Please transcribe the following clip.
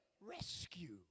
rescue